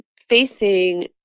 facing